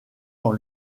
dans